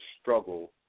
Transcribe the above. struggle